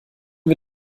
wir